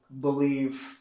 believe